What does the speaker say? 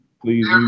Please